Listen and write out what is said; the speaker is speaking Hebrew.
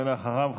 ואחריו,